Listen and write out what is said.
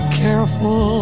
careful